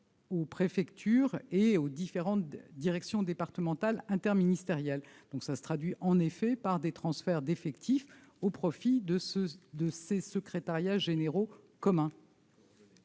aux préfectures et aux différentes directions départementales interministérielles. Cette décision entraîne en effet des transferts d'effectifs au profit de ces secrétariats généraux communs.